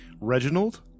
Reginald